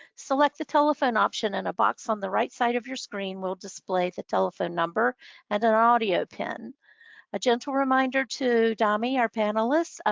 select the telephone option and a box on the right side of your screen will display the telephone number and an audio pin a gentle reminder to dami, our panelist, ah